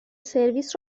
سرویس